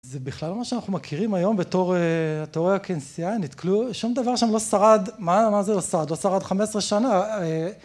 זה בכלל לא מה שאנחנו מכירים היום בתור התיאוריה הקינסטיאנית. כלום, שום דבר שם לא שרד, מה זה לא שרד? לא שרד 15 שנה.